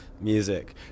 music